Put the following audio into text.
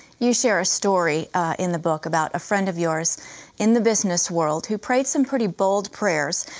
you share a story in the book about a friend of yours in the business world who prayed some pretty bold prayers.